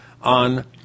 on